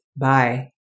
Bye